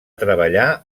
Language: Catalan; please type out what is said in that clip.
treballar